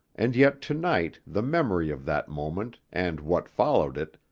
and yet to-night the memory of that moment, and what followed it,